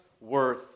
worth